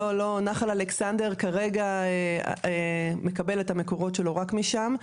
לא, נחל אלכסנדר כרגע מקבל את המקורות שלו רק משם.